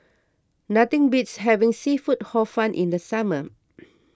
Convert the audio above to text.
nothing beats having Seafood Hor Fun in the summer